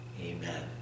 amen